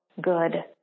good